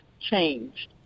changed